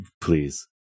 Please